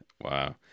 Wow